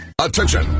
Attention